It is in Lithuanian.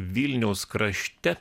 vilniaus krašte